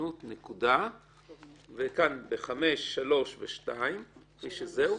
ההתיישנות כאן ב-5, 3, ו-2, נקודה.